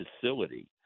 facility